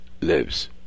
lives